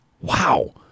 wow